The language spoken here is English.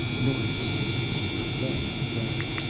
nor did he see her again that day.